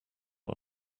one